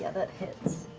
yeah that hits.